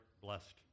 blessed